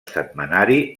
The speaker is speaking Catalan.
setmanari